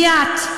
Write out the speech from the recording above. מי את?